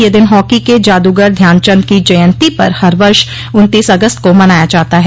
यह दिन हॉकी के जादूगर ध्यान चंद की जयन्ती पर हर वर्ष उन्तीस अगस्त को मनाया जाता है